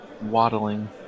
Waddling